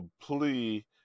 plea